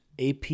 AP